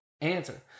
answer